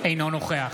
אינו נוכח